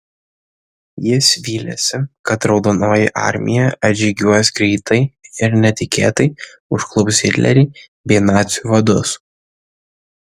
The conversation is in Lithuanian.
jis vylėsi kad raudonoji armija atžygiuos greitai ir netikėtai užklups hitlerį bei nacių vadus